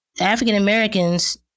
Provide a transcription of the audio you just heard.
African-Americans